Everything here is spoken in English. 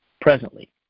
presently